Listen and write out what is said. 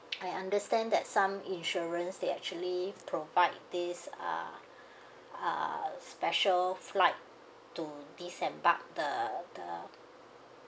I understand that some insurance they actually provide this uh uh special flight to this embark the the